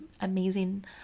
amazing